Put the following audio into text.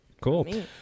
cool